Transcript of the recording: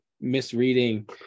misreading